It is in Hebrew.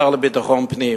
השר לביטחון פנים,